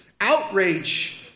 outrage